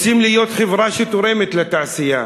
רוצים להיות חברה שתורמת לתעשייה,